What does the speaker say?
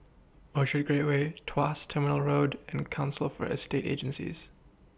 Orchard Gateway Tuas Terminal Road and Council For Estate Agencies